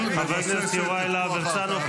מתי תגיע אליהם?